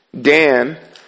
Dan